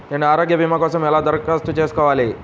నేను ఆరోగ్య భీమా కోసం ఎలా దరఖాస్తు చేసుకోవాలి?